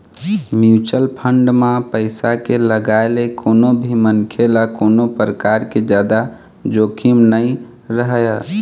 mutual fund म पइसा के लगाए ले कोनो भी मनखे ल कोनो परकार के जादा जोखिम नइ रहय